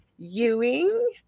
Ewing